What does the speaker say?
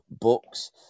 books